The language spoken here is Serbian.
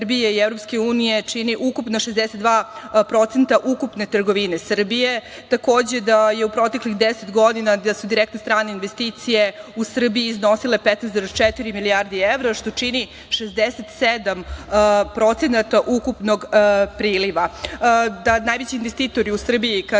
i EU čini ukupno 62% ukupne trgovine Srbije. Takođe da je u proteklih 10 godina, da su direktne strane investicije u Srbiji iznosile 15,4 milijarde evra, što čini 67% ukupnog priliva. Najveći investitori u Srbiji,